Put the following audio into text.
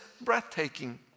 breathtaking